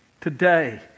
today